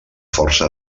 força